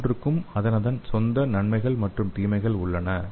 ஒவ்வொன்றுக்கும் அதனதன் சொந்த நன்மைகள் மற்றும் தீமைகள் உள்ளன